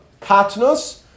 Katnus